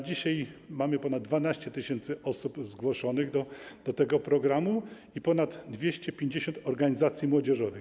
Dzisiaj mamy ponad 12 tys. osób zgłoszonych do tego programu i ponad 250 organizacji młodzieżowych.